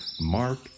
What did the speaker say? Mark